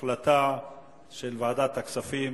שההחלטה של ועדת הכספים,